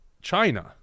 China